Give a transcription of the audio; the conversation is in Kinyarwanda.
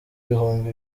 ibihumbi